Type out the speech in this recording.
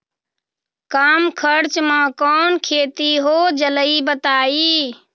कम खर्च म कौन खेती हो जलई बताई?